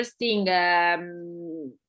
interesting